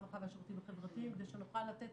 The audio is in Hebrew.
הרווחה והשירותים החברתיים כדי שנוכל לתת